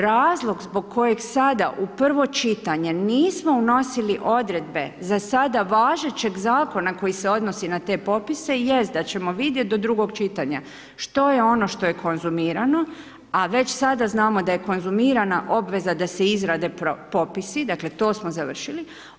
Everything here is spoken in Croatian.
Razlog zbog kojeg sada u prvo čitanje nismo unosili odredbe za sada važećeg zakona, koji se odnosi na te popise jest da ćemo vidjeti do drugog čitanja, što je ono što je konzumirano, a već sada znamo da je konzumirana obveza da se izrade propisi, dakle, to smo završili.